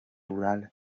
rural